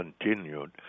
continued